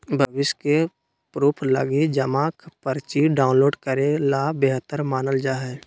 भविष्य के प्रूफ लगी जमा पर्ची डाउनलोड करे ल बेहतर मानल जा हय